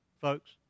folks